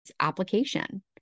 application